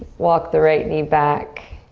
walk the right knee back.